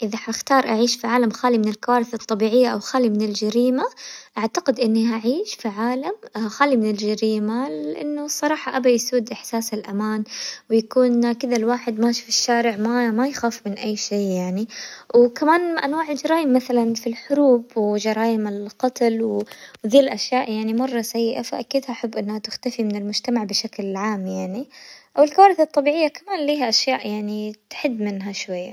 اذا حختار أعيش في عالم خالي من الكوارث الطبيعية او خالي من الجريمة، اعتقد اني هعيش في عالم خالي من الجريمة لانه الصراحة ابي يسود احساس الامان، ويكون كذا الواحد ماشي في الشارع ما-ما يخاف من اي شي يعني وكمان انواع الجرايم مثلا في الحروب وجرايم القتل وذي الاشياء يعني مرة سيئة، فاكيد هحب انها تختفي من المجتمع بشكل عام يعني او الكوارث الطبيعية كمان ليها أشياء يعني تحد منها شوية.